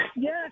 Yes